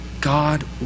God